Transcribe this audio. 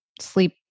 sleep